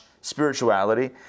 spirituality